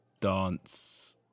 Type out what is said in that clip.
dance